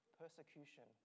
persecution